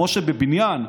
כמו שבבניין,